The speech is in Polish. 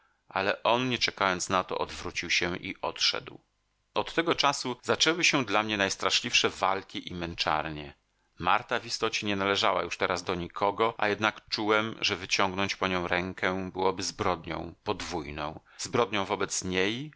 ale on nie czekając na to odwrócił się i odszedł od tego czasu zaczęły się dla mnie najstraszliwsze walki i męczarnie marta w istocie nie należała już teraz do nikogo a jednak czułem że wyciągnąć po nią rękę byłoby zbrodnią podwójną zbrodnią wobec niej